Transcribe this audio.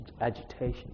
agitation